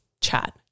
chat